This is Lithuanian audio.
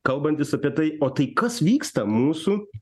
kalbantis apie tai o tai kas vyksta mūsų